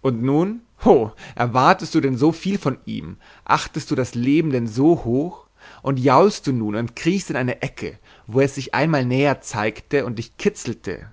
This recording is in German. und nun ho erwartest du denn so viel von ihm achtest du das leben denn so hoch und jaulst nun und kriechst in die ecke wo es sich einmal näher zeigte und dich kitzelte